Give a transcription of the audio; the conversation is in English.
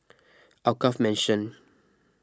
Alkaff Mansion